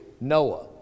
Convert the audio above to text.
Noah